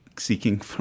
seeking